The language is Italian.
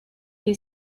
che